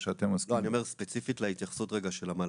ספציפית להתייחסות של המל"ג,